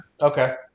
Okay